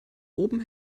oben